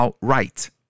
right